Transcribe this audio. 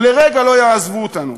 ולרגע לא יעזבו אותנו,